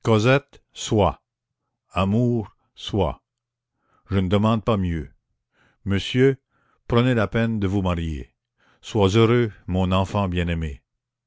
soit amour soit je ne demande pas mieux monsieur prenez la peine de vous marier sois heureux mon enfant bien-aimé